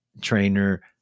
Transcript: trainer